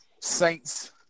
Saints